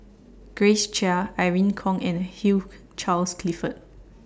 Grace Chia Irene Khong and Hugh Charles Clifford